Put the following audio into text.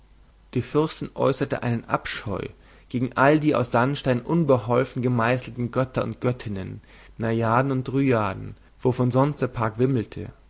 die fürstin äußerte einen abscheu gegen all die aus sandstein unbeholfen gemeißelten götter und göttinnen najaden und dryaden wovon sonst der park wimmelte